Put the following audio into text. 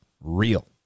real